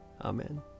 Amen